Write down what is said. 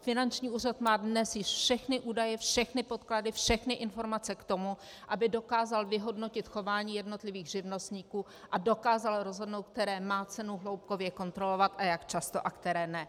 Finanční úřad má dnes již všechny údaje, všechny podklady, všechny informace k tomu, aby dokázal vyhodnotit chování jednotlivých živnostníků a dokázal rozhodnout, které má cenu hloubkově kontrolovat a jak často a které ne.